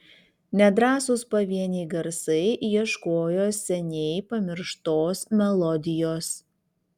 nedrąsūs pavieniai garsai ieškojo seniai pamirštos melodijos